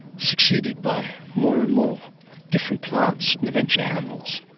succeeded by more and more different plants and eventually animals.